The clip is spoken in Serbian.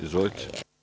Izvolite.